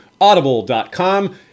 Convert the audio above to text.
audible.com